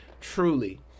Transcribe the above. Truly